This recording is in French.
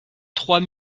trois